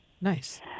Nice